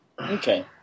Okay